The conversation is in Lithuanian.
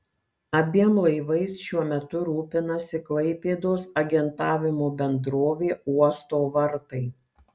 abiem laivais šiuo metu rūpinasi klaipėdos agentavimo bendrovė uosto vartai